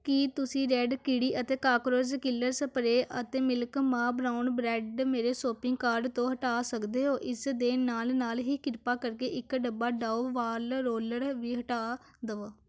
ਕੀ ਤੁਸੀਂ ਰੈੱਡ ਕੀੜੀ ਅਤੇ ਕਾਕਰੋਚ ਕਿਲਰ ਸਪਰੇਅ ਅਤੇ ਮਿਲਕ ਮਾ ਬਰਾਊਨ ਬਰੈਡ ਮੇਰੇ ਸੋਪਿੰਗ ਕਾਰਟ ਤੋਂ ਹਟਾ ਸਕਦੇ ਹੋ ਇਸ ਦੇ ਨਾਲ ਨਾਲ ਹੀ ਕ੍ਰਿਪਾ ਕਰਕੇ ਇਕ ਡੱਬਾ ਡਾਓ ਵਾਲ ਰੋਲਰ ਵੀ ਹਟਾ ਦੇਵੋ